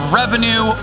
revenue